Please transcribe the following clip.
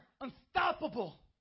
unstoppable